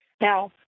Now